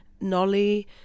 Nolly